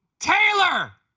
taylor!